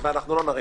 כנסת זה דבר מפריע,